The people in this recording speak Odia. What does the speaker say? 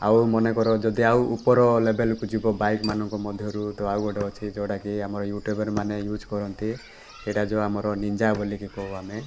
ଆଉ ମନେକର ଯଦି ଆଉ ଉପର ଲେବେଲ୍କୁ ଯିବ ବାଇକ୍ ମାନଙ୍କ ମଧ୍ୟରୁ ତ ଆଉ ଗୋଟେ ଅଛି ଯେଉଁଟାକି ଆମର ୟୁଟ୍ୟୁବ୍ର ମାନେ ୟୁଜ୍ କରନ୍ତି ସେଇଟା ଯେଉଁ ଆମର ନିନ୍ଞ୍ଜା ବୋଲିକି କହୁ ଆମେ